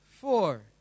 four